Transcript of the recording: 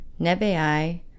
Nebai